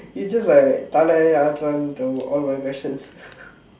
you just like தலை ஆட்டுறான்:thalai aatduraan to all my questions